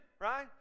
right